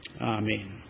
Amen